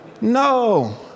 No